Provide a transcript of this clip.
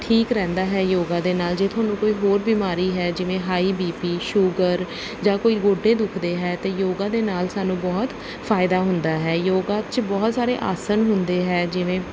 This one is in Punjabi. ਠੀਕ ਰਹਿੰਦਾ ਹੈ ਯੋਗਾ ਦੇ ਨਾਲ ਜੇ ਤੁਹਾਨੂੰ ਕੋਈ ਹੋਰ ਬਿਮਾਰੀ ਹੈ ਜਿਵੇਂ ਹਾਈ ਬੀ ਪੀ ਸ਼ੂਗਰ ਜਾਂ ਕੋਈ ਗੋਡੇ ਦੁੱਖਦੇ ਹੈ ਤਾਂ ਯੋਗਾ ਦੇ ਨਾਲ ਸਾਨੂੰ ਬਹੁਤ ਫ਼ਾਇਦਾ ਹੁੰਦਾ ਹੈ ਯੋਗਾ 'ਚ ਬਹੁਤ ਸਾਰੇ ਆਸਣ ਹੁੰਦੇ ਹੈ ਜਿਵੇਂ